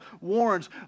warns